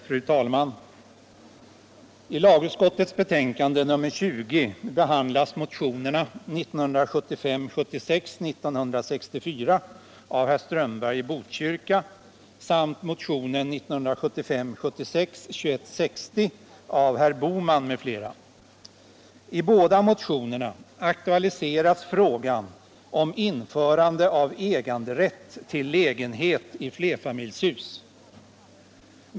Fru talman! I lagutskottets betänkande nr 20 behandlas motionerna 1975 76:2160 av herr Bohman m.fl. I båda motionerna aktualiseras frågan om införande av äganderätt till lägenhet i flerfamiljshus.